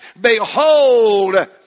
behold